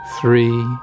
three